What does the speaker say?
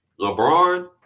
LeBron